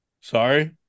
sorry